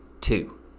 two